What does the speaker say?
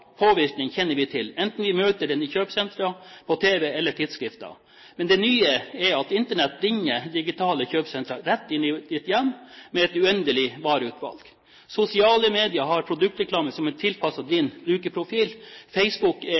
påvirkning kjenner vi til, enten vi møter den i kjøpesentrene, på tv eller i tidsskrifter. Men det nye er at Internett bringer «digitale kjøpesentre» med et uendelig vareutvalg rett inn i ditt hjem. Sosiale medier har produktreklame som er tilpasset din brukerprofil. Facebook er